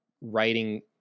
writing